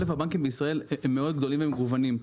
ראשית: הבנקים בישראל הם מאוד גדולים ומגוונים,